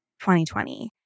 2020